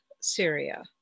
Syria